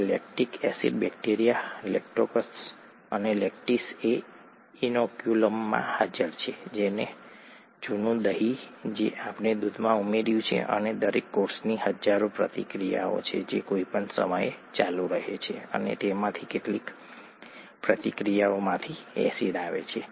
આ lactic acid bacteria Lactococcus lactis એ ઇનોક્યુલમમાં હાજર છે જૂનું દહીં જે આપણે દૂધમાં ઉમેર્યું છે અને દરેક કોષની હજારો પ્રતિક્રિયાઓ છે જે કોઈપણ સમયે ચાલુ રહે છે અને તેમાંથી કેટલીક પ્રતિક્રિયાઓમાંથી એસિડ આવે છે